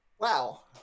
Wow